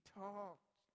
talked